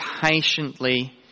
patiently